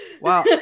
Wow